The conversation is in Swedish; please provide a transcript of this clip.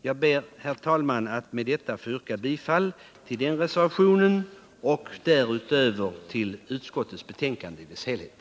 Jag ber, herr talman, att med detta få yrka bifall till den reservationen och därutöver till utskottets hemställan.